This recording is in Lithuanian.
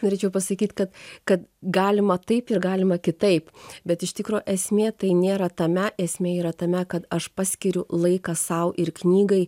norėčiau pasakyt kad kad galima taip ir galima kitaip bet iš tikro esmė tai nėra tame esmė yra tame kad aš paskyriu laiką sau ir knygai